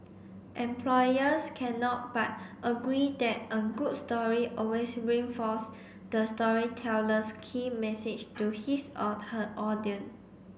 employers cannot but agree that a good story always reinforce the storyteller's key message to his or her audience